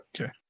Okay